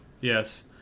yes